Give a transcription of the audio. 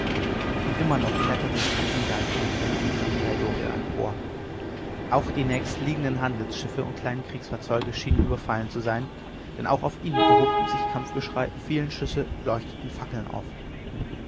und immer noch kletterte es katzengleich an den wänden des andrea doria empor auch die nächstliegenden handelsschiffe und kleinen kriegsfahrzeuge schienen überfallen zu sein denn auch auf ihnen erhob sich kampfgeschrei fielen schüsse leuchteten fackeln auf